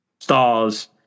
Stars